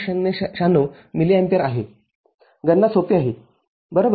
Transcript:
०९६ milliampere आहेगणना सोपी आहे बरोबर